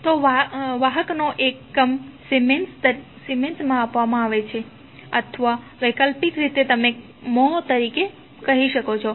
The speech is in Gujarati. તો વાહકનો એકમ સિમેન્સ માં આપવામાં આવે છે અથવા વૈકલ્પિક રીતે તમે મ્હોં કહી શકો છો